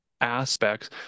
aspects